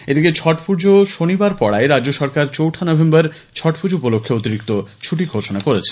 এদিকে ছটপুজো শনিবার পড়ায় রাজ্য সরকার চৌঠা নভেম্বর ছটপুজো উপলক্ষে অতিরিক্ত ছুটি ঘোষণা করেছে